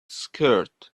skirt